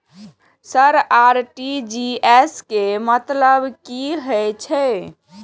Sir RTGS के मतलब की हे छे?